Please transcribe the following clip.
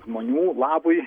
žmonių labui